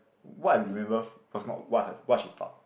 what I remember was not what her what she taught